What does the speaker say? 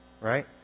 right